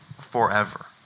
forever